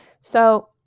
So-